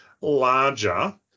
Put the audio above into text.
larger